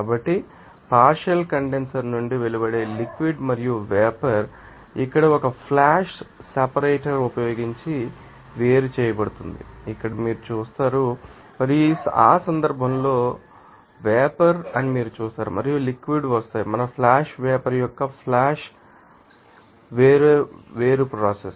కాబట్టి partial condenser నుండి వెలువడే లిక్విడ్ మరియు వేపర్ ఇక్కడ ఒక ఫ్లాష్ సెపరేటర్ ఉపయోగించి వేరు చేయబడిందని ఇక్కడ మీరు చూస్తారు మరియు ఆ సందర్భంలో అవి వేపర్ అని మీరు చూస్తారు మరియు లిక్విడ్ వస్తాయి మన ఫ్లాష్ వేపర్ యొక్క ఫ్లాష్ వేరుప్రోసెస్